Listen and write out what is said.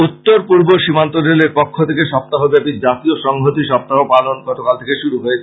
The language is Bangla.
উত্তর পূর্ব সীমান্ত রেলের পক্ষ থেকে সপ্তাহীব্যাপী জাতীয় সংহতি সপ্তাহ পালন গতকাল থেকে শুরু হয়েছে